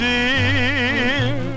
Dear